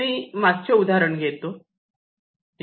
मी मागचे उदाहरण घेतो